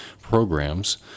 programs